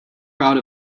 proud